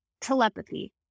Telepathy